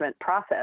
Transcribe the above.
process